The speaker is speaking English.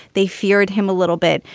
they feared him a little bit.